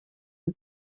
een